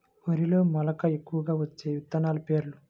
వరిలో మెలక ఎక్కువగా వచ్చే విత్తనాలు పేర్లు?